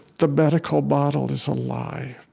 the medical model is a lie.